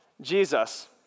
Jesus